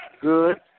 good